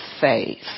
faith